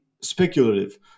speculative